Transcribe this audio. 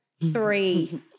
Three